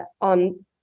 on